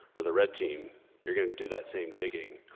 ah the red team you're gonna do that same digging,